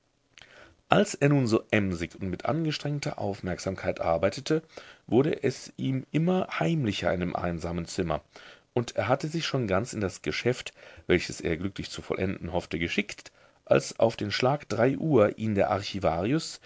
als er nun so emsig und mit angestrengter aufmerksamkeit arbeitete wurde es ihm immer heimlicher in dem einsamen zimmer und er hatte sich schon ganz in das geschäft welches er glücklich zu vollenden hoffte geschickt als auf den schlag drei uhr ihn der archivarius